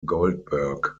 goldberg